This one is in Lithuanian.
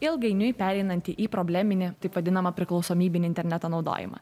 ilgainiui pereinanti į probleminį taip vadinamą priklausomybinį interneto naudojimą